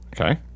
Okay